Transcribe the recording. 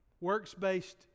Works-based